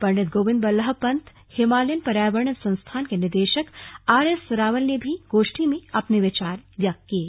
पंडित Govind Ballabh Pant Himalayan पर्यावरण संस्थान के निदेशक ने भी गोष्ठी में अपने विचार व्यक्त किये